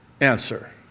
answer